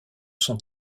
sont